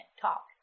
talk